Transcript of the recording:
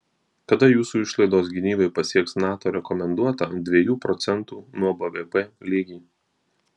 kada jūsų išlaidos gynybai pasieks nato rekomenduotą dviejų procentų nuo bvp lygį